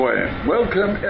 Welcome